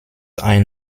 ein